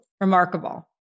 remarkable